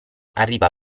arriva